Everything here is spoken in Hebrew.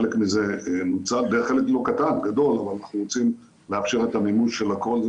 חלק מזה נוצל ואנחנו רוצים לאפשר את המימוש של הכול.